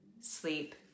sleep